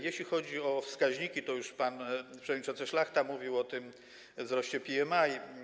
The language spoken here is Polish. Jeśli chodzi o wskaźniki, to już pan przewodniczący Szlachta mówił o wzroście PMI.